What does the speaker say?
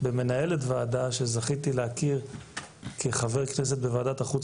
במנהלת ועדה שזכיתי להכיר כחבר כנסת בוועדת החוץ